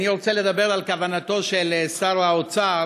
אני רוצה לדבר על כוונתו של שר האוצר